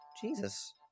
Jesus